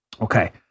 Okay